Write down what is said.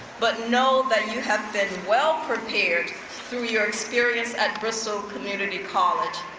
but know that you have been well prepared through your experience at bristol community college.